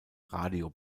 radio